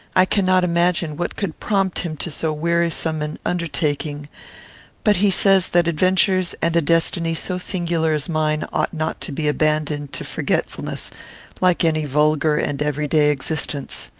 i cannot imagine what could prompt him to so wearisome an undertaking but he says that adventures and a destiny so singular as mine ought not to be abandoned to forgetfulness like any vulgar and every-day existence.